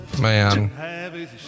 Man